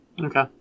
Okay